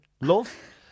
love